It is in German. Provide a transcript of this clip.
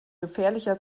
gefährlicher